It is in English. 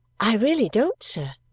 i really don't, sir,